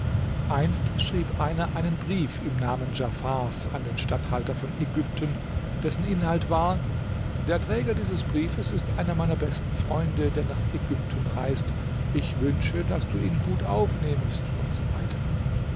einst schrieb einer einen brief im namen djafars an den statthalter von ägypten dessen inhalt war der träger dieses briefes ist einer meiner besten freunde der nach ägypten reist ich wünsche daß du ihn gut aufnehmest u s